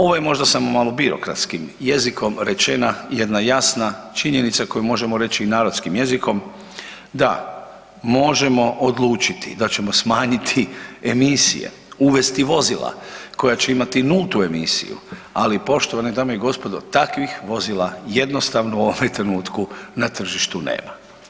Ovo je samo možda malo birokratskim jezikom rečena jedna jasna činjenica koju možemo reći i narodskim jezikom, da možemo odlučiti da ćemo smanjiti emisije, uvesti vozila koja će imati nultu emisiju, ali poštovane dame i gospodo takvim vozila jednostavno u ovome trenutku na tržištu nema.